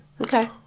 Okay